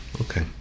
Okay